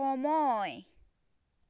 সময়